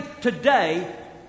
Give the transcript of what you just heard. today